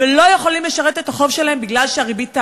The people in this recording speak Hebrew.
ולא יכולים לשלם את החוב שלהם בגלל שהריבית תעלה.